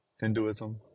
Hinduism